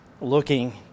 looking